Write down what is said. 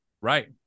Right